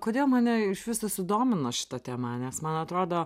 kodėl mane iš viso sudomino šita tema nes man atrodo